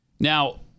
Now